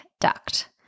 duct